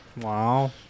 Wow